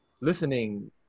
Listening